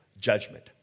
judgment